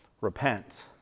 Repent